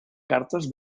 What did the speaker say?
cartes